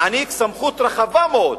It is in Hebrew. החוק הזה מעניק סמכות רחבה מאוד